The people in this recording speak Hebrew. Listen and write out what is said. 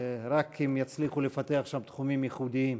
רק אם יצליחו לפתח שם תחומים ייחודיים.